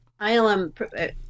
ILM